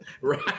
Right